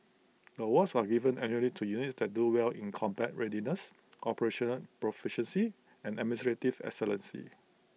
the awards are given annually to units that do well in combat readiness operational proficiency and administrative excellence